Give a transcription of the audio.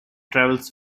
travels